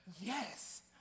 Yes